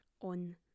on